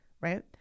right